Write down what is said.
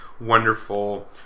wonderful